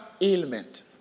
ailment